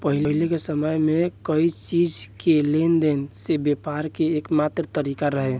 पाहिले के समय में कोई चीज़ के लेन देन से व्यापार के एकमात्र तारिका रहे